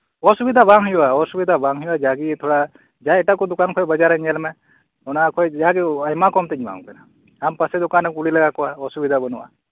ᱚᱥᱩᱵᱤᱛᱟ ᱵᱟᱝ ᱦᱩᱭᱩᱜᱼᱟ ᱚᱥᱩᱵᱤᱛᱟ ᱵᱟᱝ ᱦᱩᱭᱩᱜᱼᱟ ᱡᱟᱜᱮ ᱛᱷᱚᱲᱟ ᱮᱴᱟᱜ ᱠᱚ ᱫᱚᱠᱟᱱ ᱠᱷᱚᱡ ᱵᱟᱡᱟᱨ ᱨᱮ ᱧᱮᱞ ᱢᱮ ᱚᱱᱟ ᱠᱷᱚᱡ ᱡᱟᱜᱮ ᱟᱭᱢᱟ ᱠᱚᱢ ᱛᱮᱧ ᱮᱢᱟᱢ ᱠᱟᱱᱟ ᱟᱢ ᱯᱟᱥᱮ ᱫᱚᱠᱟᱱᱮᱢ ᱠᱩᱞᱩ ᱞᱮᱜᱟ ᱠᱚᱣᱟ ᱚᱥᱩᱵᱤᱫᱟ ᱵᱟᱹᱱᱩᱜᱼᱟ